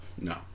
No